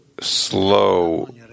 slow